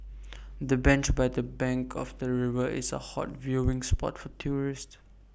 the bench by the bank of the river is A hot viewing spot for tourists